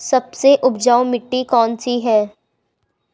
सबसे उपजाऊ मिट्टी कौन सी है?